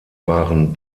waren